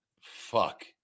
Fuck